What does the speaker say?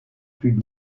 plus